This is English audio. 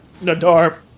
Nadar